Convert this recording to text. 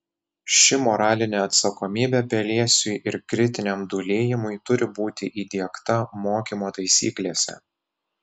ši moralinė atsakomybė pelėsiui ir kritiniam dūlėjimui turi būti įdiegta mokymo taisyklėse